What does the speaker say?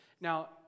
Now